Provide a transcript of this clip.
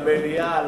למליאה,